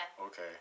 Okay